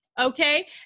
okay